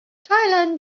thailand